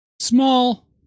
small